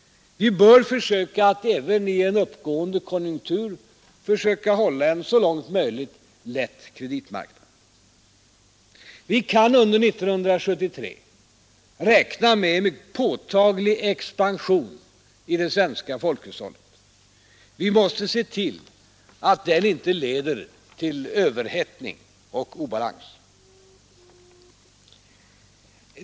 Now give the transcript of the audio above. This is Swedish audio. Vi bör försöka att även i en uppåtgående konjunktur hålla en så långt möjligt lätt kreditmarknad. Vi kan under 1973 räkna med en påtaglig expansion i det svenska folkhushållet. Vi måste se till att den inte leder till överhettning och obalans.